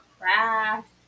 craft